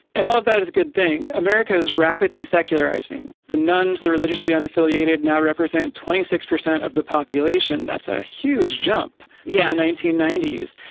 and all of that is a good thing. america is rapidly secularizing. the nuns, the religiously unaffiliated, now represent twenty six percent of the population. that's a huge jump. yeah, nineteen ninety s.